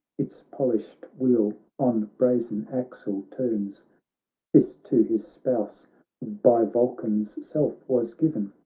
its polished wheel on brazen axle turns this to his spouse by vulcan's self was given.